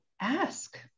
Ask